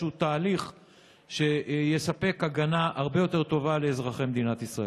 לאיזשהו תהליך שיספק הגנה הרבה יותר טובה לאזרחי מדינת ישראל.